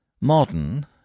Modern